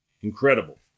Incredible